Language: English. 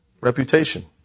Reputation